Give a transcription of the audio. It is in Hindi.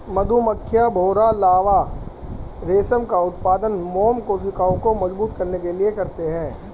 मधुमक्खियां, भौंरा लार्वा रेशम का उत्पादन मोम कोशिकाओं को मजबूत करने के लिए करते हैं